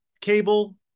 cable